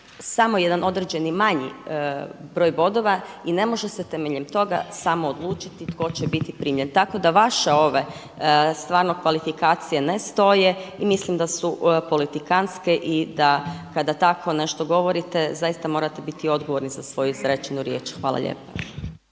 samo jedan određeni manji broj bodova i ne može se temeljem toga samo odlučiti tko će biti primljen. Tako da vaše ove stvarno kvalifikacije ne stoje i mislim da su politikantske i da kada takvo nešto govorite zaista morate biti odgovorni za svoju izrečenu riječ. Hvala lijepa.